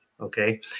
okay